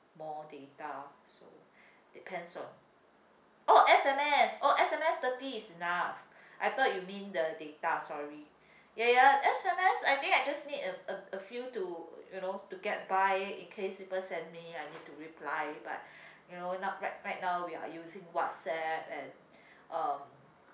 more data so depends on oh S_M_S oh S_M_S thirty is enough I thought you mean the data sorry ya ya S_M_S I think I just need a a a few to you know to get by in case people send me I need to reply but you know now right right now we are using whatsapp and um